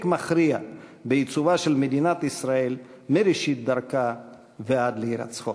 מכריע בעיצובה של מדינת ישראל מראשית דרכה ועד להירצחו.